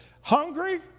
hungry